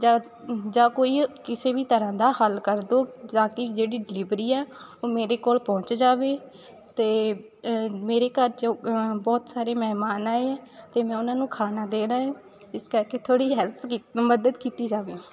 ਜਾਂ ਜਾਂ ਕੋਈ ਕਿਸੇ ਵੀ ਤਰ੍ਹਾਂ ਦਾ ਹੱਲ ਕਰ ਦਿਓ ਤਾਂ ਕਿ ਜਿਹੜੀ ਡਿਲੀਵਰੀ ਹੈ ਉਹ ਮੇਰੇ ਕੋਲ ਪਹੁੰਚ ਜਾਵੇ ਅਤੇ ਮੇਰੇ ਘਰ 'ਚ ਬਹੁਤ ਸਾਰੇ ਮਹਿਮਾਨ ਆਏ ਹੈ ਅਤੇ ਮੈਂ ਉਹਨਾਂ ਨੂੰ ਖਾਣਾ ਦੇਣਾ ਏ ਇਸ ਕਰਕੇ ਥੋੜ੍ਹੀ ਹੈਲਪ ਕੀਤੀ ਮਦਦ ਕੀਤੀ ਜਾਵੇ